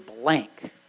blank